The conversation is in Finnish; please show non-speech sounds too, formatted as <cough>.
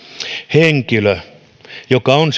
henkilö joka on <unintelligible>